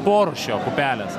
porūšio pupelės